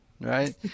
right